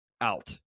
out